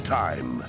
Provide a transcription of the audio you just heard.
time